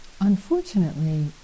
unfortunately